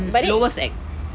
but then it